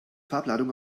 farbladung